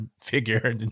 figure